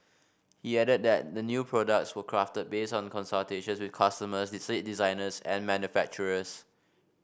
he added that the new products were crafted based on consultations with customers seat designers and manufacturers